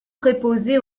préposé